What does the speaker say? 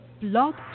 Blog